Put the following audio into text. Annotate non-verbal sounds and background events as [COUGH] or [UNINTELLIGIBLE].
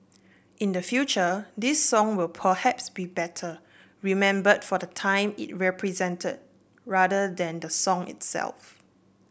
in the future this song will [UNINTELLIGIBLE] be better remembered for the time it represented rather than the song itself